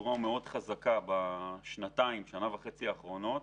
בצורה חזקה מאוד בשנה וחצי-שנתיים האחרונות,